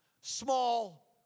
small